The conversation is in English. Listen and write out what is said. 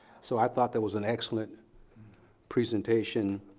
so i thought that was an excellent presentation.